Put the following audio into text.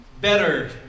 Better